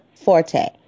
Forte